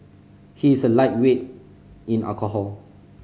he is a lightweight in alcohol